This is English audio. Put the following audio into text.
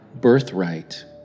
birthright